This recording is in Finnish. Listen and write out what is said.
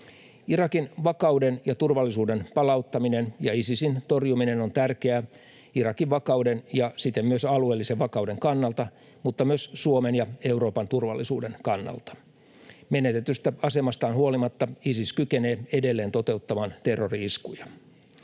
Irakin vakauden ja turvallisuuden palauttaminen ja Isisin torjuminen on tärkeää Irakin vakauden ja siten myös alueellisen vakauden kannalta, mutta myös Suomen ja Euroopan turvallisuuden kannalta. Menetetystä asemastaan huolimatta Isis kykenee edelleen toteuttamaan terrori-iskuja.